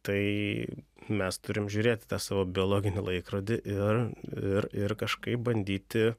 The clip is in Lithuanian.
tai mes turim žiūrėti tą savo biologinį laikrodį ir ir ir kažkaip bandyti